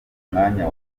mwanya